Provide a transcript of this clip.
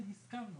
פעם הסכמנו